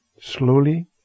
slowly